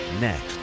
Next